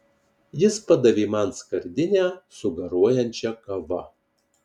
jis padavė man skardinę su garuojančia kava